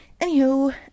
Anywho